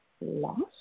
lost